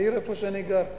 העיר שאני גר בה,